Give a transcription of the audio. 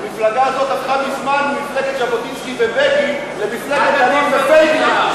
המפלגה הזאת הפכה מזמן ממפלגת ז'בוטינסקי ובגין למפלגת דנון ופייגלין.